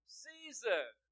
season